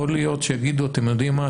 יכול להיות שיגידו: אתם יודעים מה?